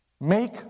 Make